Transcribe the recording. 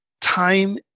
time